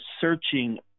searching